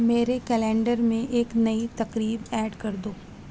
میرے کیلنڈر میں ایک نئی تقریب ایڈ کر دو